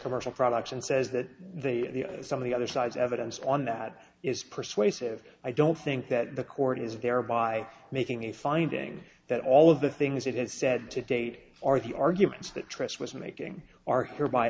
commercial products and says that the some of the other side's evidence on that is persuasive i don't think that the court is there by making a finding that all of the things it is said to date are the arguments that trash was making ar